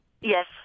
Yes